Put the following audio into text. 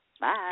Bye